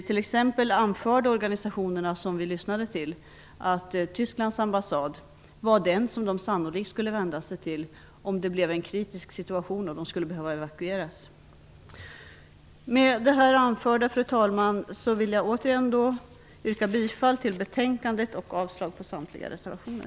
T.ex. anförde de organisationer vi lyssnade till att Tysklands ambassad var den som de sannolikt skulle vända sig till om det blev en kritisk situation och de skulle behöva evakueras. Med det anförda, fru talman, vill jag återigen yrka bifall till betänkandet och avslag på samtliga reservationer.